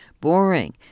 boring